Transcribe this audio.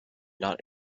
not